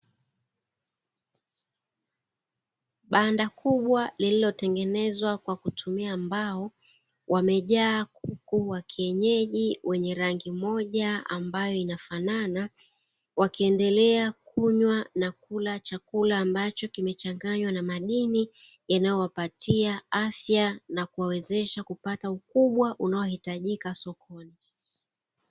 Banda kubwa lililotengenezwa kwa kutumia mbao, wamejaa kuku wa kienyeji wenye rangi moja ambayo inafanana, wakiendelea kunywa na kula chakula ambacho kimechanganywa na madini yanayowapatia afya na kuwawezesha kupata ukubwa unaohitajika sokoni.